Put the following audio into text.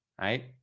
Right